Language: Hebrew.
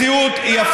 אתה משקר.